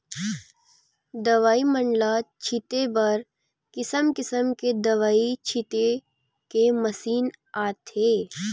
दवई मन ल छिते बर किसम किसम के दवई छिते के मसीन आथे